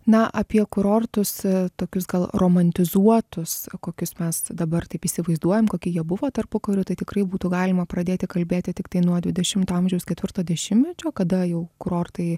na apie kurortus tokius gal romantizuotus kokius mes dabar taip įsivaizduojam kokie jie buvo tarpukariu tai tikrai būtų galima pradėti kalbėti tiktai nuo dvidešimto amžiaus ketvirto dešimtmečio kada jau kurortai